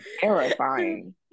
Terrifying